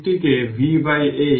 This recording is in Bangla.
সুতরাং এখানে এটি বেস e এর লগ